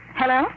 hello